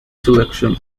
selection